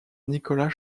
nicolas